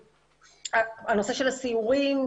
הנושא של הסיורים,